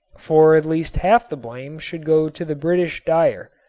for at least half the blame should go to the british dyer,